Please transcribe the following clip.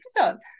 episode